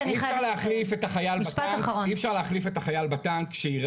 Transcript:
כי אני חייבת - אי אפשר להחליף את החייל בטנק שיירה,